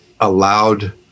allowed